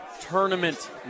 tournament